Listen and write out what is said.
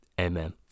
Amen